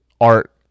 art